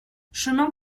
chemin